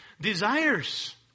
desires